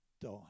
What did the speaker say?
die